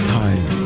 time